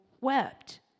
wept